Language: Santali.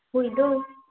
ᱦᱩᱭ ᱫᱚ